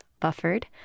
buffered